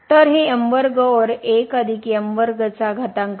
तर हे ओवर आहे